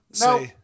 No